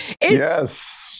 Yes